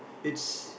it's